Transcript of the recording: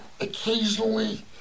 Occasionally